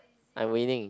I'm winning